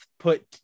put